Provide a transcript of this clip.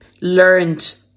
learned